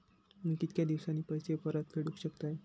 मी कीतक्या दिवसांनी पैसे परत फेडुक शकतय?